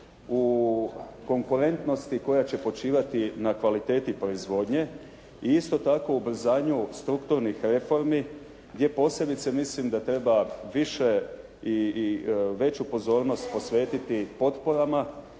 u konkurentnosti koja će počivati na kvaliteti proizvodnje i isto tako, ubrzanju strukturnih reformi gdje posebice mislim da treba više i veću pozornost posvetiti potporama